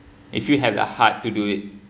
if you have the heart to do